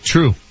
True